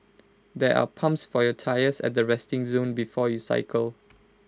there are pumps for your tyres at the resting zone before you cycle